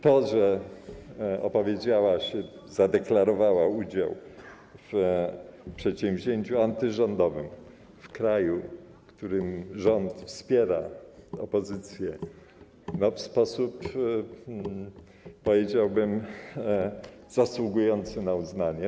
To, że opowiedziała się za tym, zadeklarowała udział w przedsięwzięciu antyrządowym w kraju, w którym rząd wspiera opozycję w sposób, powiedziałbym, zasługujący na uznanie.